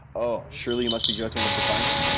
oh, surely you must be joking mr. feynman?